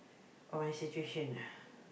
of my situation ah